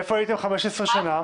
איפה הייתם 15 שנה?